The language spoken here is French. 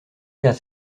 cas